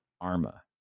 Arma